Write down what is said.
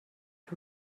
que